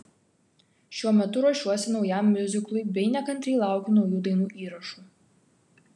šiuo metu ruošiuosi naujam miuziklui bei nekantriai laukiu naujų dainų įrašų